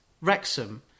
Wrexham